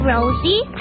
Rosie